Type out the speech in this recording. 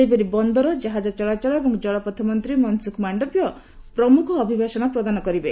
ସେହିପରି ବନ୍ଦର ଜାହାଜ ଚଳାଚଳ ଏବଂ ଜଳପଥ ମନ୍ତ୍ରୀ ମନସ୍ରଖ ମାଣ୍ଡଭିୟ ଅଭିଭାଷଣ ପ୍ରଦାନ କରିବେ